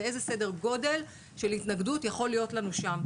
ואיזה סדר גודל של התנגדות יכולה להיות לנו שם?